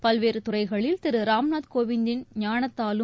பல்வேறு துறைகளில் திரு ராம்நாத் கோவிந்தின் ஞானத்தாலும்